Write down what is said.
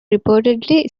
reportedly